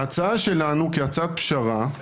ההצעה שלנו, כהצעת פשרה,